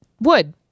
wood